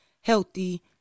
healthy